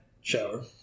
shower